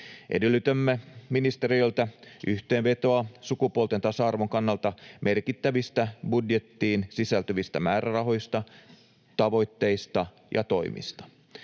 Edellytämme ministeriöiltä yhteenvetoa sukupuolten tasa-arvon kannalta merkittävistä budjettiin sisältyvistä määrärahoista, tavoitteista ja toimista.